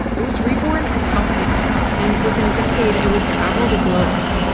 it was reborn as house music, and within a decade it would travel the globe.